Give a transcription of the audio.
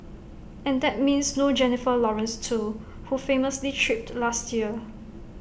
and that means no Jennifer Lawrence too who famously tripped last year